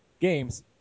games